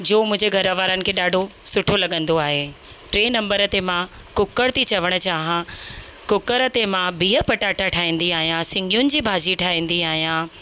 जो मुंहिंजे घरवारनि खे ॾाढो सुठो लॻंदो आहे टिऐं नम्बर ते मां कुकर थी चवणु चाहियां कुकर ते मां बिह पटाटा ठाहींदी आहियां सिङियुनि जी भाॼी ठाहींदी आहियां